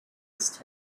waste